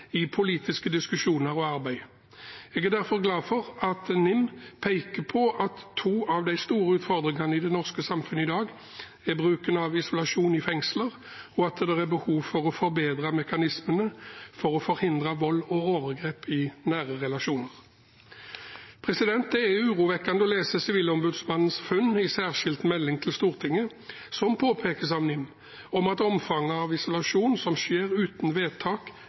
i politiske diskusjoner og arbeid. Jeg er derfor glad for at NIM peker på at to av de store utfordringene i det norske samfunnet i dag er bruken av isolasjon i fengsler, og at det er behov for å forbedre mekanismene for å forhindre vold og overgrep i nære relasjoner. Det er urovekkende å lese om Sivilombudsmannens funn i særskilt melding til Stortinget, som påpekes av NIM, om at omfanget av isolasjon som skjer uten vedtak,